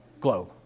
globe